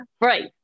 right